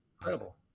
Incredible